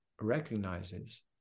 recognizes